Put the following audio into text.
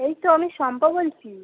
এই তো আমি শম্পা বলছি